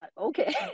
okay